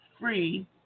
free